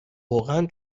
واقعا